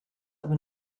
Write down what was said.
aber